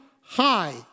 high